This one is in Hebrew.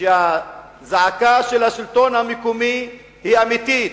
שהזעקה של השלטון המקומי היא אמיתית.